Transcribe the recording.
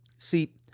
See